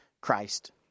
Christ